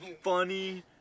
funny